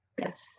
Yes